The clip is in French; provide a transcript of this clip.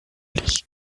league